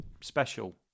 special